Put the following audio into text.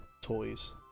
toys